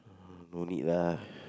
no need lah